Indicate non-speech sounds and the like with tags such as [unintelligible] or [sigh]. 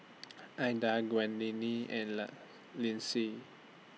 [noise] Ilda [unintelligible] and [unintelligible] Lindsey